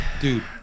dude